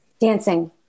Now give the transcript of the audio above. Dancing